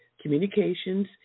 communications